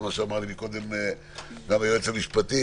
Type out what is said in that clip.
זה מה שאמר לי קודם היועץ המשפטי,